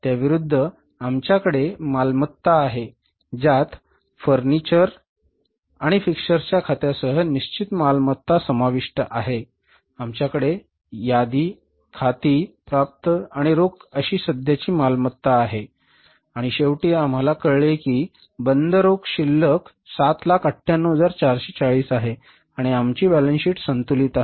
त्या विरुद्ध आमच्याकडे मालमत्ता आहे ज्यात फर्निचर आणि फिक्स्चरच्या खात्यासह निश्चित मालमत्ता समाविष्ट आहे आमच्याकडे यादी खाती प्राप्य आणि रोख अशी सध्याची मालमत्ता आहे आणि शेवटी आम्हाला कळले की बंद रोख शिल्लक 798440 आहे आणि आमची बॅलन्स शीट संतुलित आहे